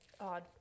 Odd